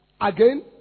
Again